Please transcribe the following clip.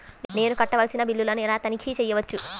నేను కట్టవలసిన బిల్లులను ఎలా తనిఖీ చెయ్యవచ్చు?